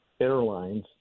airlines